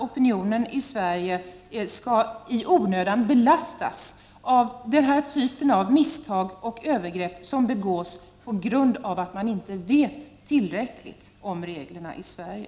Opinionen i Sverige skall inte i onödan belastas med denna typ av misstag och övergrepp som begås på grund av att man inte vet tillräckligt om reglerna i Sverige.